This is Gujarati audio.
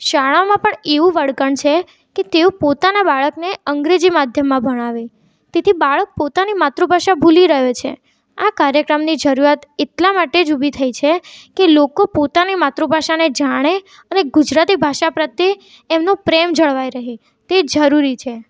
શાળાઓમાં પણ એવું વળગણ છે કે તેઓ પોતાના બાળકને અંગ્રેજી માધ્યમમાં ભણાવે તેથી બાળક પોતાની માતૃભાષા ભૂલી રહ્યો છે આ કાર્યક્રમની જરૂરિયાત એટલા માટે જ ઊભી થઈ છે કે લોકો પોતાની માતૃભાષાને જાણે અને ગુજરાતી ભાષા પ્રત્યે એમનો પ્રેમ જળવાઈ રહે તે જરૂરી છે